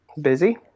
Busy